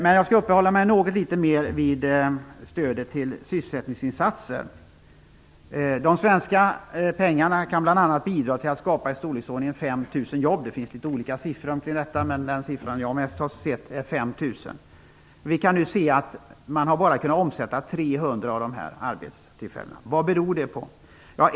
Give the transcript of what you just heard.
Jag skall uppehålla mig något vid stödet till sysselsättningsinsatser. De svenska pengarna kan bl.a. bidra till att skapa i storleksordningen 5 000 jobb. Det finns olika siffror kring detta, men den siffra jag har sett oftast är 5 000. Vi kan nu se att man bara har kunnat skapa 300 av dessa arbetstillfällen. Vad beror det på?